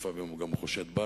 ולפעמים הוא גם חושד בנו,